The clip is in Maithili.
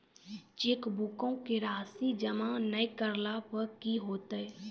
चेकबुको के राशि जमा नै करला पे कि होतै?